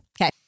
Okay